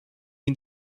une